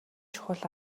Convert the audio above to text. чухал